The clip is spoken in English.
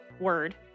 word